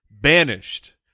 banished